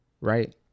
right